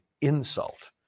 insult